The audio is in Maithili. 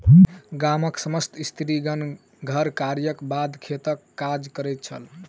गामक समस्त स्त्रीगण घर कार्यक बाद खेतक काज करैत छल